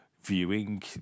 viewing